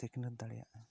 ᱥᱤᱠᱷᱟᱱᱟᱹᱛ ᱫᱟᱲᱮᱭᱟᱜᱼᱟ